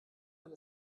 wenn